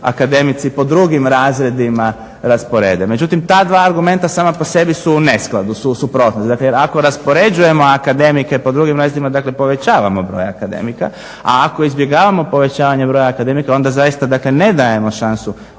akademici po drugim razredima rasporede. Međutim, ta dva argumenta sama po sebi su u neskladu, u suprotnosti. Jer ako raspoređujemo akademike po drugim razredima dakle povećavamo broj akademika, a ako izbjegavamo povećanje broja akademika onda ne dajemo šansu